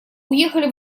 уехали